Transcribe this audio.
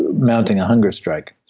mounting a hunger strike.